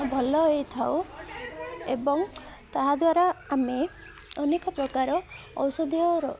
ଭଲ ହୋଇଥାଉ ଏବଂ ତାହାଦ୍ୱାରା ଆମେ ଅନେକ ପ୍ରକାର ଔଷଧୀୟର